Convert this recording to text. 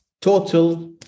Total